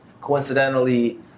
coincidentally